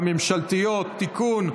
הממשלתיות (תיקון,